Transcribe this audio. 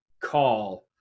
call